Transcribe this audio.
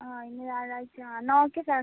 ആ ഇന്ന് വ്യാഴായ്ച്ചയാണ് എന്നാൽ ഓക്കെ സർ